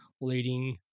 leading